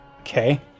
Okay